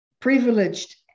privileged